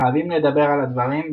חייבים לדבר על הדברים,